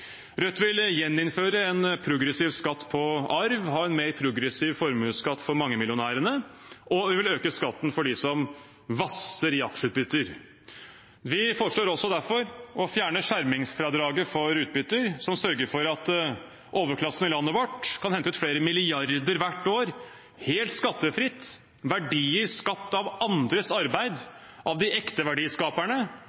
Rødt vil gjeninnføre en progressiv skatt på arv, ha en mer progressiv formuesskatt for mangemillionærene, og vi vil øke skatten for dem som vasser i aksjeutbytter. Vi foreslår også derfor å fjerne skjermingsfradraget for utbytter, som sørger for at overklassen i landet vårt kan hente ut flere milliarder hvert år, helt skattefritt. Verdier skapt av andres arbeid,